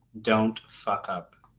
don't fuck up.